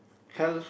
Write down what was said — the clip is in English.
health